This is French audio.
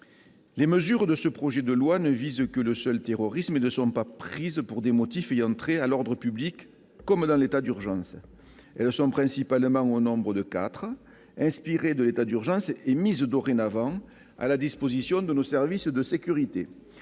Les mesures de ce projet de loi ne visent que le seul terrorisme et ne sont pas prises pour des motifs ayant trait à l'ordre public, comme dans le cadre de l'état d'urgence. Les principales d'entre elles sont au nombre de quatre. Inspirées de l'état d'urgence, elles sont mises, dorénavant, à la disposition de nos services de sécurité.